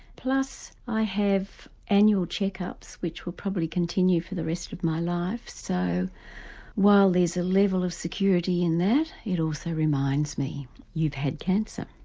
plus i have annual check ups which will probably continue for the rest of my life so while there's a level of security in that, it also reminds me you've had cancer.